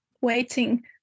waiting